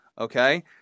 okay